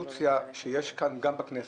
רבולוציה שיש גם בכנסת.